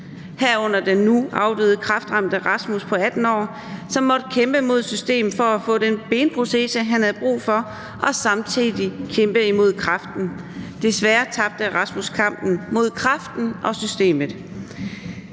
til den nu afdøde kræftramte Rasmus på 18 år, som måtte kæmpe mod systemet for at få den benprotese, han havde brug for, og samtidig kæmpe mod kræften. Desværre tabte Rasmus kampen mod kræften og systemet.